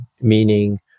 meaning